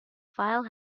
file